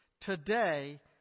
Today